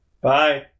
Bye